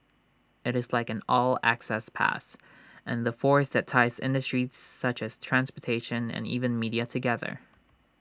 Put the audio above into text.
IT is like an 'all access pass' and the force that ties industries such as transportation and even media together